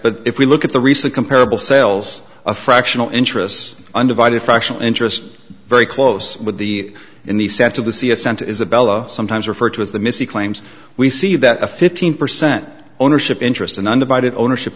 but if we look at the recent comparable sales of fractional interests undivided fractional interest very close with the in the sense of the sea ascent isabella sometimes referred to as the missi claims we see that a fifteen percent ownership interest and undivided ownership